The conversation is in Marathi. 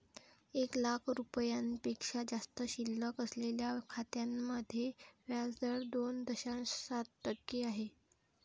एक लाख रुपयांपेक्षा जास्त शिल्लक असलेल्या खात्यांमध्ये व्याज दर दोन दशांश सात टक्के आहे